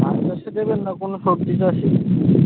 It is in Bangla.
দেবেন না কোনও সবজি চাষে